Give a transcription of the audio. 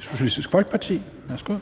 Socialistisk Folkeparti. Værsgo.